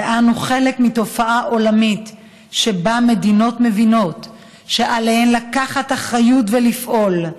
ואנו חלק מתופעה עולמית שמדינות מבינות שעליהן לקחת אחריות ולפעול.